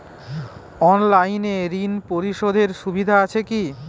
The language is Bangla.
অনলাইনে ঋণ পরিশধের সুবিধা আছে কি?